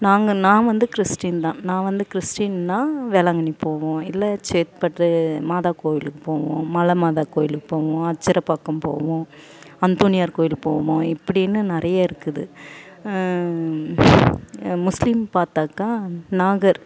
நாங்கள் நான் வந்து கிறிஸ்டின் தான் நான் வந்து கிறிஸ்டின்னால் வேளாங்கண்ணி போவோம் இல்லை சேத்துப்பட்டு மாதாகோயிலுக்கு போவோம் மலை மாதா கோயிலுக்கு போவோம் அச்சரப்பாக்கம் போவோம் அந்தோணியார் கோயில் போவோம் இப்படின்னு நிறையா இருக்குது முஸ்லீம் பார்த்தாக்கா நாகர்